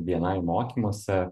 bni mokymuose